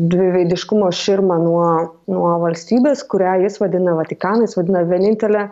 dviveidiškumo širmą nuo nuo valstybės kurią jis vadina vatikanas vadina vienintele